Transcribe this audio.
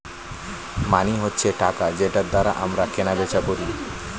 মানি হচ্ছে টাকা যেটার দ্বারা আমরা কেনা বেচা করি